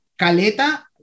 caleta